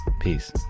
Peace